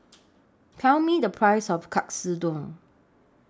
Tell Me The Price of Katsudon